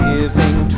Giving